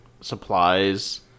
supplies